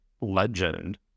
legend